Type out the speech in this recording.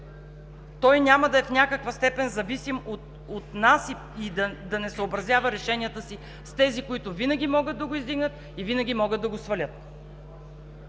той няма да е в някаква степен зависим от нас и да не съобразява решенията си с тези, които винаги могат да го издигнат и винаги могат да го свалят.